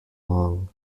long